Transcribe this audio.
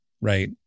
Right